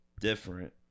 different